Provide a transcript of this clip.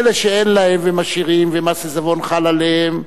אלה שאין להם, ומשאירים, ומס עיזבון חל עליהם,